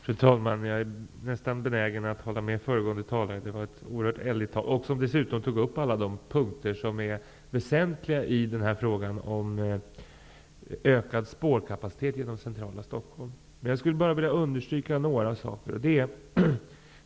Fru talman! Jag är nästan benägen att hålla med föregående talare. Det var ett oerhört eldigt tal som Ulf Kristersson höll. Han tog dessutom alla de punkter som är väsentliga i denna fråga om ökad spårkapacitet inom centrala Stockholm. Jag vill understryka några saker.